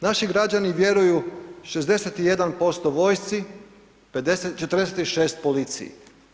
Naši građani vjeruju, 61% vojsci, 46 policiji.